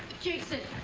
jason.